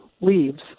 leaves